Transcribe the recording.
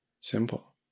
simple